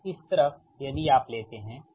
तो इस तरफ यदि आप लेते हैं